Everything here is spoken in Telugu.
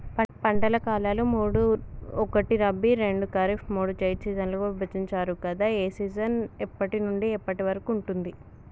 పంటల కాలాలు మూడు ఒకటి రబీ రెండు ఖరీఫ్ మూడు జైద్ సీజన్లుగా విభజించారు కదా ఏ సీజన్ ఎప్పటి నుండి ఎప్పటి వరకు ఉంటుంది?